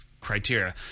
Criteria